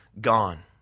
gone